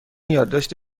یادداشت